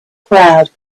crowd